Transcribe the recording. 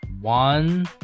one